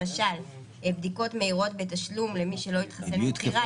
למשל בדיקות מהירות בתשלום למי שלא התחסן מבחירה